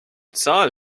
zahl